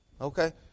Okay